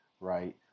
right